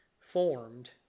formed